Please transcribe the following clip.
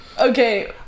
Okay